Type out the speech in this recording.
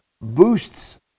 boosts